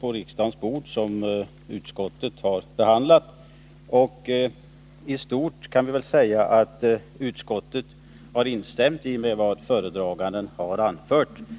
på riksdagens bord fått ett förslag, som trafikutskottet har behandlat. Vi kan säga att utskottet i stort har instämt i vad föredraganden har anfört i propositionen.